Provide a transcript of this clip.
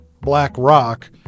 BlackRock